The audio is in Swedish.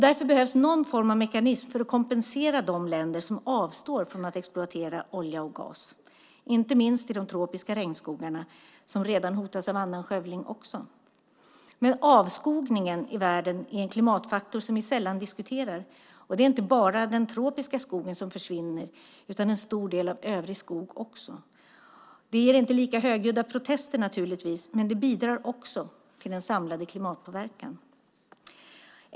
Därför behövs någon form av mekanism för att kompensera de länder som avstår från att exploatera olja och gas, inte minst i de tropiska regnskogarna som också hotas av annan skövling. Avskogningen i världen är en klimatfaktor som vi sällan diskuterar. Det är inte bara den tropiska skogen som försvinner utan en stor del av övrig skog också. Det ger inte lika högljudda protester naturligtvis, men det bidrar också till den samlade klimatpåverkan.